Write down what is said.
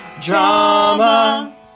Drama